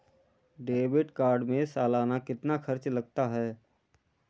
Debit card में सालाना कितना खर्च लगता है?